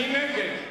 מי נגד?